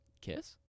Kiss